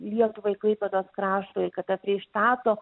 lietuvai klaipėdos krašto ir kad ta freištato